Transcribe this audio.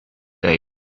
day